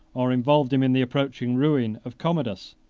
or involved him in the approaching ruin, of commodus.